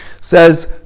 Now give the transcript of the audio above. says